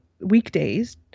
weekdays